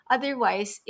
Otherwise